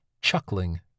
chuckling